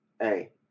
Hey